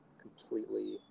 completely